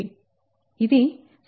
ఇది 7